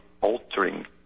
altering